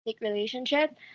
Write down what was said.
relationship